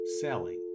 selling